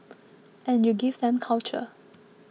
and you give them culture